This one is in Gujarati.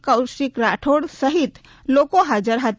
કૌશિક રાઠોડ સહિત લોકો હાજર હતા